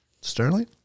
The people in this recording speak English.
Sterling